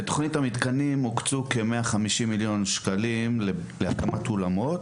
בתכנית המתקנים הוקצו כ-150 מיליון שקלים להקמת אולמות.